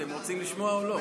אתם רוצים לשמוע או לא?